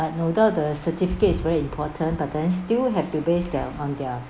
but no doubt the certificate is very important but then still have to based their on their